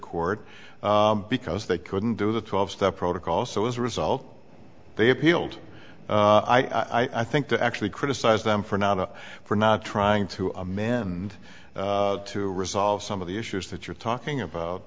court because they couldn't do the twelve step protocol so as a result they appealed i think to actually criticize them for not for not trying to amend to resolve some of the issues that you're talking about